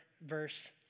verse